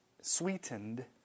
sweetened